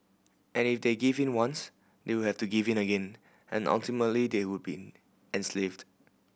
and if they give in once they would have to give in again and ultimately they would be enslaved